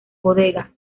bodega